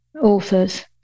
authors